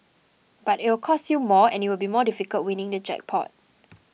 but it'll cost you more and it will be more difficult winning the jackpot